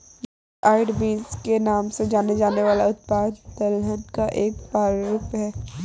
black eyed beans के नाम से जाना जाने वाला उत्पाद दलहन का एक प्रारूप है